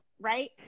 right